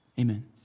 amen